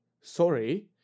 Sorry